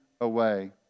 away